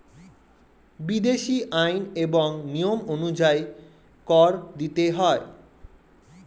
বিদেশী আইন এবং নিয়ম অনুযায়ী কর দিতে হয়